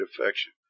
affection